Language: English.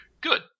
Good